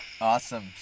Awesome